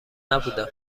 نبودم